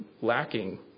lacking